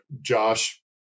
Josh